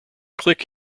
click